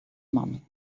money